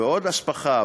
ועוד "הספחה",